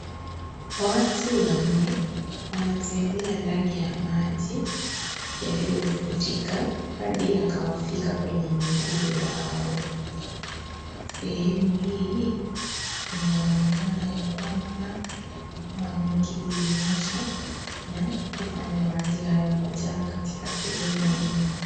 Watu wanne wanatembea ndani ya maji yaliyofurika hadi yakawafika kwenye miguu yao, sehemu hii inaonekana ya kwamba mvua mingi ilinyesha na kufanya maji haya kujaa katika sehemu hii.